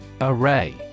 Array